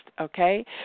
okay